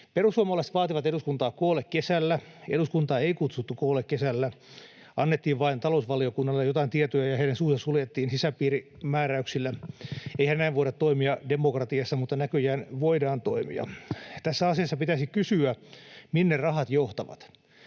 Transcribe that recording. Perussuomalaiset vaativat eduskuntaa koolle kesällä. Eduskuntaa ei kutsuttu koolle kesällä, annettiin vain talousvaliokunnalle joitain tietoja ja heidän suunsa suljettiin sisäpiirimääräyksillä. Eihän näin voida toimia demokratiassa, mutta näköjään voidaan toimia. Tässä asiassa pitäisi kysyä, minne rahat johtavat,